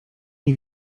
nie